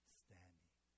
standing